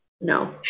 no